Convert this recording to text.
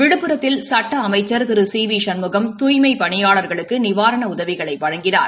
விழுப்புத்தில் சட்ட அமைச்சர் திரு சி வி சண்முகம் தூய்மைப் பணியாளர்களுக்கு நிவாரண உதவிகளை வழங்கினார்